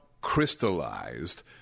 crystallized